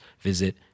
visit